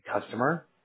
customer